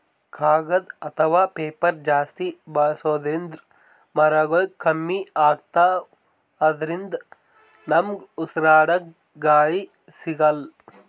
ಕಾಗದ್ ಅಥವಾ ಪೇಪರ್ ಜಾಸ್ತಿ ಬಳಸೋದ್ರಿಂದ್ ಮರಗೊಳ್ ಕಮ್ಮಿ ಅತವ್ ಅದ್ರಿನ್ದ ನಮ್ಗ್ ಉಸ್ರಾಡ್ಕ ಗಾಳಿ ಸಿಗಲ್ಲ್